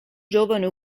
giovane